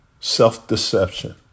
Self-deception